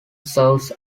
serves